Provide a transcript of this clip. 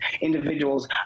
individuals